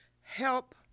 help